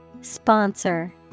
Sponsor